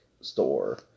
store